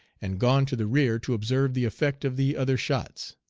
and gone to the rear to observe the effect of the other shots.